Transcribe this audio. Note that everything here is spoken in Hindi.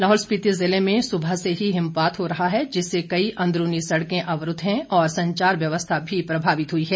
लाहौल स्पिति जिले में सुबह से ही हिमपात हो रहा है जिससे कई अंदरूनी सड़कें अवरूद्व हैं और संचार व्यवस्था भी प्रभावित हुई है